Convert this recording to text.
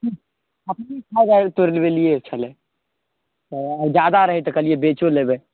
अपने खाय आर लै तोड़बेलियै छलै तऽ जादा रहै तऽ कहलियै बेचो लेबै